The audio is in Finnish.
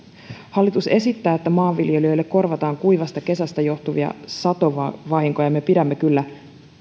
hallitus esittää että maanviljelijöille korvataan kuivasta kesästä johtuvia satovahinkoja me pidämme kyllä